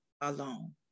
alone